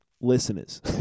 listeners